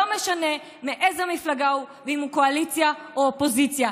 לא משנה מאיזו מפלגה הוא ואם הוא קואליציה או אופוזיציה.